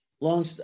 long